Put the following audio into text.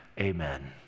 Amen